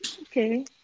Okay